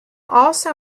also